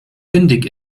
windig